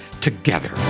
together